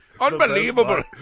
Unbelievable